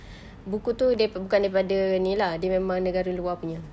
buku itu daripada bukan daripada ini lah dia memang negara luar punya